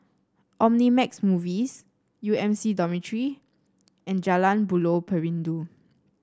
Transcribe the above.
Omnimax Movies U M C Dormitory and Jalan Buloh Perindu